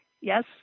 yes